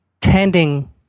tending